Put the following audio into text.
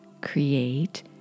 create